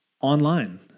online